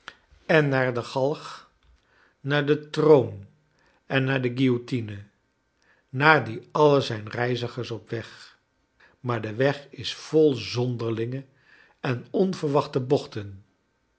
en naar de galg naar den troon en naar de guillotine naar die alle zijn reizigers op weg maar de weg is vol zonderlinge en onverwachte bochten